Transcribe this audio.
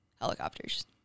helicopters